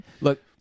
Look